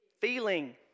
Feeling